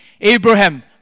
Abraham